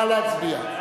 נא להצביע.